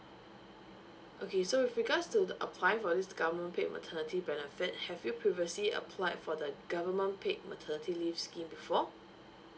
okay so with regards to the applying for this government paid maternity benefit have you previously applied for the government paid maternity leave scheme before